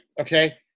Okay